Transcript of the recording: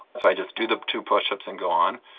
so i just do the two push-ups and go on.